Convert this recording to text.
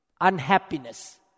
unhappiness